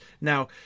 Now